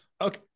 Okay